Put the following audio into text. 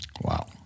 Wow